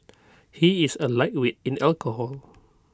he is A lightweight in alcohol